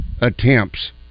attempts